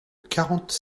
quarante